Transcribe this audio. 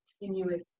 continuously